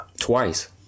Twice